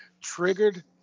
triggered